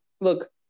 look